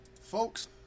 Folks